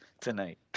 tonight